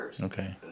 Okay